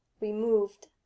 removed